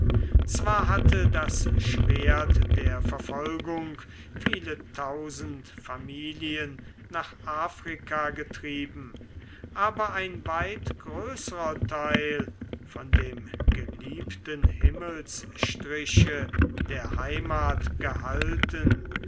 zwar hatte das schwert der verfolgung viele tausend familien nach afrika getrieben aber ein weit größerer theil von dem geliebten himmelsstriche der heimath gehalten